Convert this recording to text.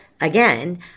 again